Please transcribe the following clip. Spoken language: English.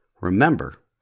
Remember